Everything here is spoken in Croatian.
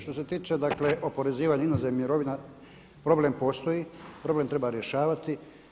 Što se tiče, dakle oporezivanja inozemnih mirovina problem postoji, problem treba rješavati.